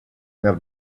their